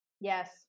Yes